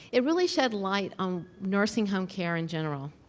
it really shed light on nursing home care in general.